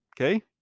okay